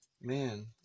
man